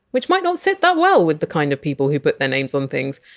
which might not sit that well with the kind of people who put their names on things,